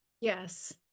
yes